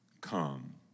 come